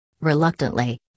Reluctantly